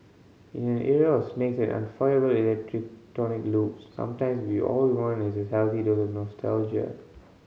in an era of snakes and forgettable electronic loops sometimes we all want is a healthy dose of nostalgia